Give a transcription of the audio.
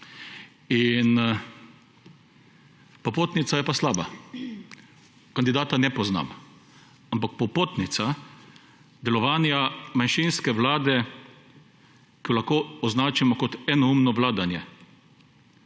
Popotnica je pa slaba. Kandidata ne poznam, ampak popotnica delovanja manjšinske Vlade, ki lahko označimo kot enoumno vladanje